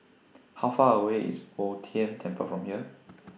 How Far away IS Bo Tien Temple from here